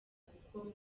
kuko